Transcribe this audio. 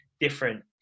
different